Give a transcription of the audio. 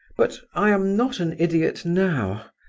but i am not an idiot now.